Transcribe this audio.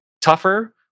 tougher